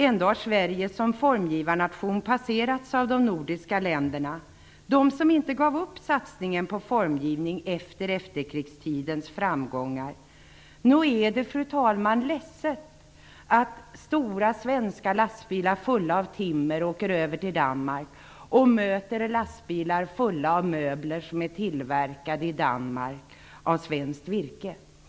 Ändå har Sverige som formgivarnation passerats av de andra nordiska länderna, de som inte gav upp satsningen på formgivning efter efterkrigstidens framgångar. Nog är det, fru talman, ledset att stora svenska lastbilar fulla av timmer åker över till Danmark och möter lastbilar fulla av möbler, som är tillverkade i Danmark av svenskt virke.